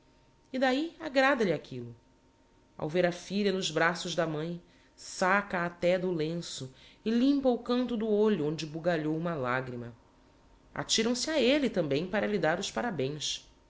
e d'ahi agrada lhe aquillo ao ver a filha nos braços da mãe saca até do lenço e limpa o canto do olho onde bugalhou uma lagrima atiram se a elle tambem para lhe dar os parabens